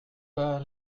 pas